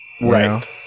Right